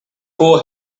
for